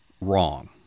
wrong